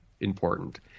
important